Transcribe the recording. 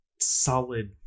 solid